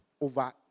over